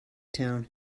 town